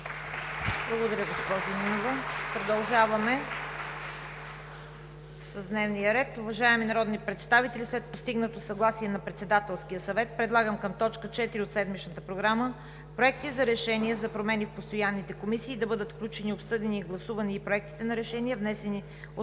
Благодаря, госпожо Нинова.